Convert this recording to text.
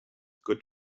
good